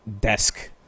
desk